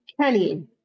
Kenny